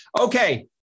okay